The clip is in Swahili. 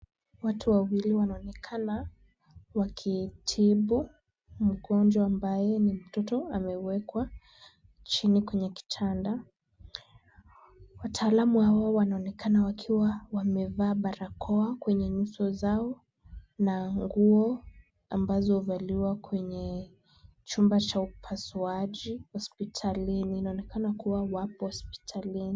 Watu wawili wanaonekana wakitibu mgonjwa ambaye ni mtoto. Amewekwa chini kwenye kitanda. Wataalamu hawa wanaonekana wakiwa wamevaa barakoa kwenye nyuso zao, na nguo ambazo huvaliwa kwenye chumba cha upasuaji hospitalini. Inaonekana kuwa wako hospitali.